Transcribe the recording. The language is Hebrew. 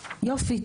יופי.